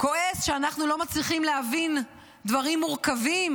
כועס שאנחנו לא מצליחים להבין דברים מורכבים,